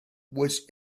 was